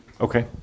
Okay